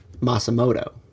Masamoto